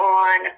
on